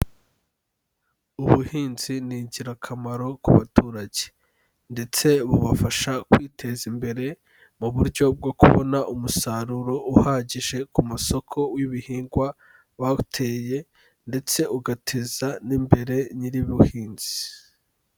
Ubuhinzi ni ingirakamaro ku baturage, ndetse bubafasha kwiteza imbere mu buryo bwo kubona umusaruro uhagije ku masoko w'ibihingwa bateye, ndetse ugateza n'imbere nyir'ubuhinzi.